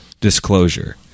disclosure